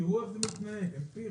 תראו איך זה מתנהג אמפירית.